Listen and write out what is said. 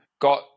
got